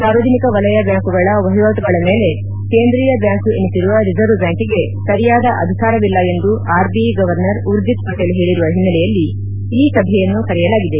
ಸಾರ್ವಜನಿಕ ವಲಯ ಬ್ಲಾಂಕುಗಳ ವಹಿವಾಟುಗಳ ಮೇಲೆ ಕೇಂದ್ರೀಯ ಬ್ಲಾಂಕು ಎನಿಸಿರುವ ರಿಸರ್ವ್ ಬ್ಲಾಂಕಿಗೆ ಸರಿಯಾದ ಅಧಿಕಾರವಿಲ್ಲ ಎಂದು ಆರ್ಬಿಐ ಗವರ್ನರ್ ಊರ್ಜಿತ್ ಪಟೇಲ್ ಹೇಳರುವ ಹಿನ್ನೆಲೆಯಲ್ಲಿ ಈ ಸಭೆಯನ್ನು ಕರೆಯಲಾಗಿದೆ